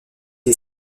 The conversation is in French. est